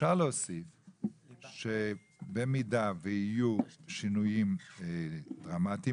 שבמידה ויהיו שינויים דרמטיים,